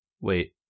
Wait